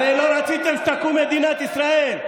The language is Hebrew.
הרי לא רציתם שתקום מדינת ישראל.